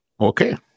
Okay